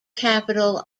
capital